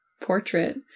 portrait